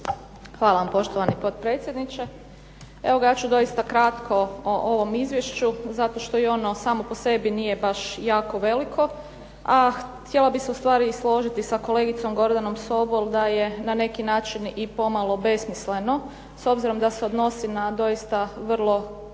Hvala vam poštovani potpredsjedniče. Evo ga ja ću doista kratko o ovom izvješću zato što i ono samo po sebi nije baš jako veliko, a htjela bi se ustvari i složiti sa kolegicom Gordanom Sobol da je na neki način i pomalo besmisleno s obzirom da se odnosi na doista vrlo